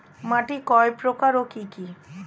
মাটি কয় প্রকার ও কি কি?